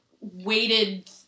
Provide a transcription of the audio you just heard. weighted